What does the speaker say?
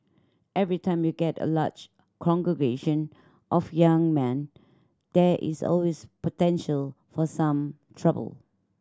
every time you get a large congregation of young men there is always potential for some trouble